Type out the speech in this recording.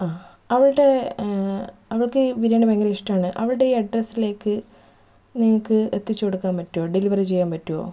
ആ അവളുടെ അവൾക്ക് ഈ ബിരിയാണി ഭയങ്കര ഇഷ്ടമാണ് അവളുടെ ഈ അഡ്രസ്സിലേക്ക് നിങ്ങൾക്ക് എത്തിച്ചു കൊടുക്കാൻ പറ്റുമോ ഡെലിവെറി ചെയ്യാൻ പറ്റുമോ